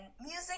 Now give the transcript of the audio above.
music